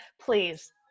please